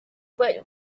but